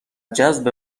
جذب